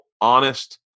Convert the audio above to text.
honest